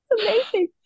amazing